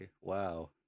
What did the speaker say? Wow